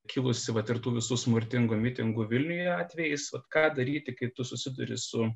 kilusi vat ir tų visų smurtingų mitingų vilniuje atvejais vat ką daryti kai tu susiduri su